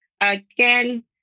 again